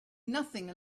nothing